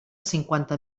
cinquanta